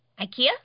Ikea